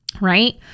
right